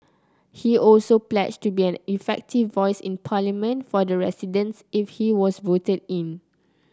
he also pledged to be an effective voice in Parliament for the residents if he was voted in